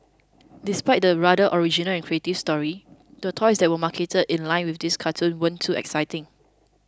despite the rather original and creative story the toys that were marketed in line with this cartoon weren't too exciting